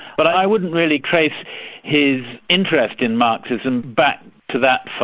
but i wouldn't really trace his interest in marxism back to that far,